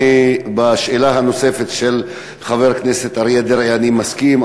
עם השאלה הנוספת של חבר הכנסת אריה דרעי אני מסכים,